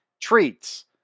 treats